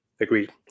Agreed